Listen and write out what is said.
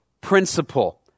principle